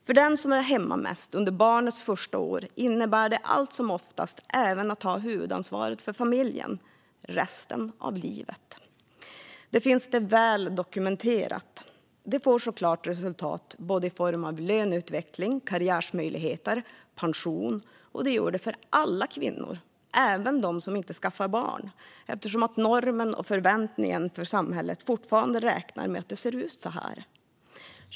För den som är hemma mest under barnets första år innebär det allt som oftast även att den har huvudansvaret för familjen resten av livet. Det finns väl dokumenterat. Det får såklart resultat i form av både löneutveckling, karriärmöjligheter och pension. Det gör det för alla kvinnor, även för dem som inte skaffar barn, eftersom normen - förväntningen från samhället - gör att man fortfarande räknar med att det ser ut så här.